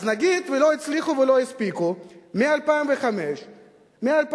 נגיד שלא הצליחו ולא הספיקו מ-2005 ומ-2004,